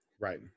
right